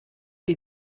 die